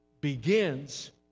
begins